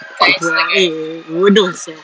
ya eh bodoh sia